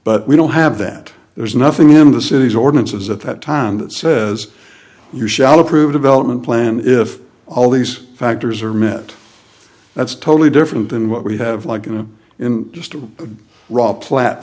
but we don't have that there's nothing in the city's ordinances at that time that says you shall approve development plan if all these factors are met that's totally different than what we have like you know in just